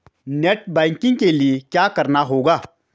Net banking के लिए क्या करना होगा?